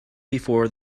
before